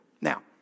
Now